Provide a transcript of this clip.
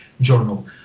Journal